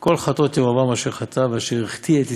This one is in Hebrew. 'על חטאות ירבעם אשר חטא ואשר החטיא את ישראל'.